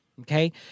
Okay